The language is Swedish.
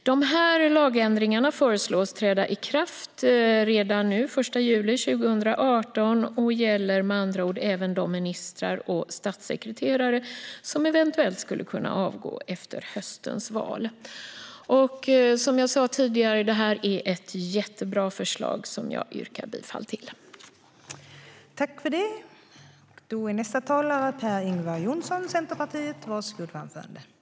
Dessa lagändringar föreslås träda i kraft redan den 1 juli 2018 och gäller med andra ord även de ministrar och statssekreterare som eventuellt avgår efter höstens val. Som jag sa tidigare är det ett jättebra förslag, och jag yrkar bifall till det.